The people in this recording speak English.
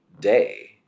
day